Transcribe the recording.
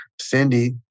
Cindy